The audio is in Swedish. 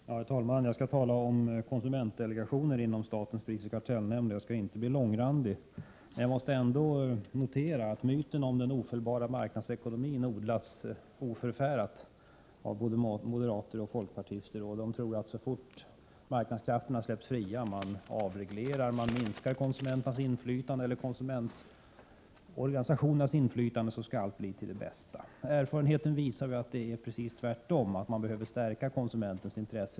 Herr talman! Jag skall tala om konsumentdelegationen inom statens prisoch kartellnämnd, och jag skall inte bli mångordig. Jag måste ändå notera att myten om den ofelbara marknadsekonomin odlas oförfärat av både moderater och folkpartister. De tror att om marknadskrafterna släpps fria, om man avreglerar och minskar konsumentorganisationernas inflytande, skall allt bli till det bästa. Erfarenheten visar att det är precis tvärtom, dvs. att man bör stärka konsumenternas intresse.